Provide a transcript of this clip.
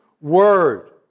word